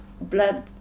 blood